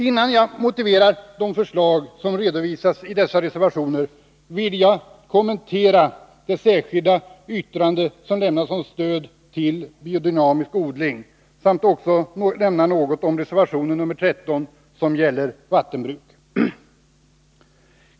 Innan jag motiverar de förslag som redovisas i dessa reservationer, vill jag kommentera det särskilda yttrande som lämnats om stöd till biodynamisk odling samt också nämna något om reservationen nr 13, som gäller vattenbruk.